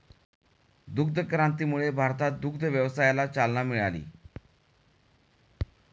दुग्ध क्रांतीमुळे भारतात दुग्ध व्यवसायाला चालना मिळाली